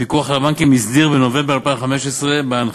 הפיקוח על הבנקים הסדיר בנובמבר 2015 בהנחיה